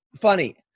funny